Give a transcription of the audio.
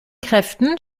kräften